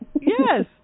Yes